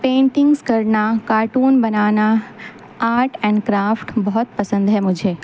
paintings کرنا cartoon بنانا art and craft بہت پسند ہے مجھے